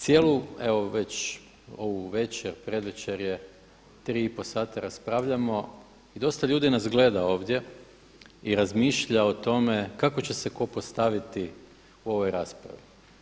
Cijelu evo već ovu večer, predvečer tri i pol sata raspravljamo i dosta ljudi nas gleda ovdje i razmišlja o tome kako će se tko postaviti u ovoj raspravi.